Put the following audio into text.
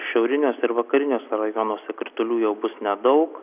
šiauriniuose ir vakariniuose rajonuose kritulių jau bus nedaug